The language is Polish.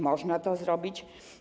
Można to zrobić.